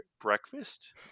breakfast